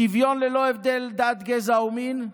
שוויון ללא הבדל דת, גזע ומין,